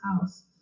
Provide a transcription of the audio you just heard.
house